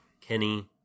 Kenny